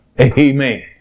Amen